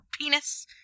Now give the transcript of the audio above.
penis